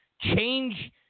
change